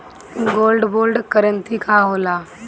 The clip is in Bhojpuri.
गोल्ड बोंड करतिं का होला?